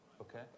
Okay